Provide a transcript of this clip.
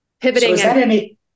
pivoting